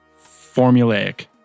formulaic